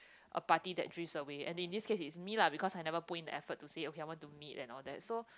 a party that drift away and in this case it's me lah because I never put in the effort to say okay I want to meet and all that so